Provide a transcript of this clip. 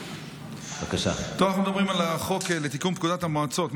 אנחנו מדברים על החוק לתיקון פקודת המועצות.